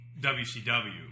WCW